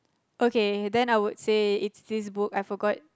okay then I would say it's this book I forgot